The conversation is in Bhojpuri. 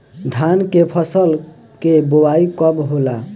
धान के फ़सल के बोआई कब होला?